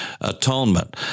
atonement